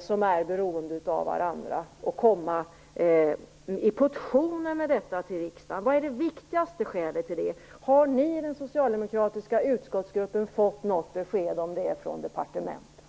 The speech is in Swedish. som är beroende av varandra och lägga fram dem i portioner till riksdagen? Vad är det viktigaste skälet till detta? Har ni i den socialdemokratiska utskottsgruppen fått något besked om det från departementet?